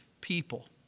people